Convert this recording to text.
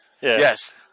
Yes